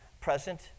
present